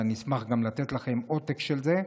ואני אשמח גם לתת לכם עותק של זה.